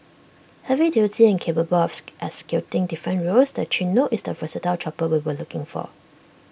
heavy duty and capable of executing different roles the Chinook is the versatile chopper we were looking for